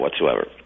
whatsoever